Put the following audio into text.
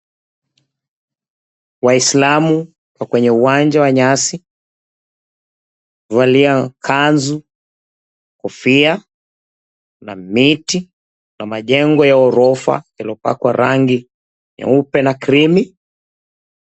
Waislamu wako kwenye uwanja wa nyasi. Wamevalia kanzu, kofia na miti na majengo ya ghorofa yaliyo pakwa rangi nyeupe na creamy .